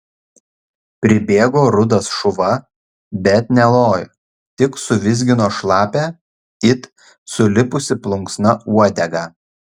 pribėgo rudas šuva bet nelojo tik suvizgino šlapią it sulipusi plunksna uodegą